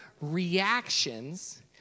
reactions